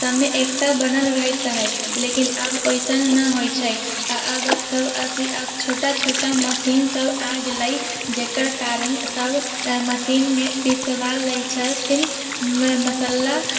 सबमे एकता बनल रहैत रहै लेकिन अब ओइसन नहि होइ छै आब सब अथी आब छोटा छोटा मशीनसब आबि गेलै जकर कारण सब मशीनमे पिसबा लै छथिन मसल्ला